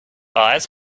eyes